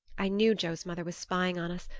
i knew joe's mother was spying on us,